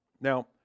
Now